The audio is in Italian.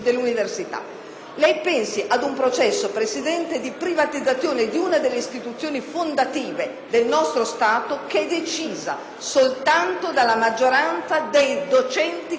Presidente, ad un processo di privatizzazione una delle istituzioni fondative del nostro Stato decisa soltanto dalla maggioranza dei docenti che compongono